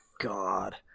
God